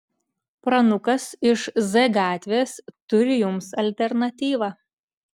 pranukas iš z gatvės turi jums alternatyvą